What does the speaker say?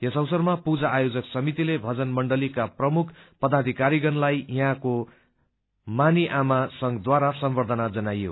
यस अवसरमा पूजा आयोजक समितिले भजन मण्डलीका प्रमुख पदाधिकारीगणलाईयहाँको मानी आमा संघद्वारा सम्बद्धना जनाइयो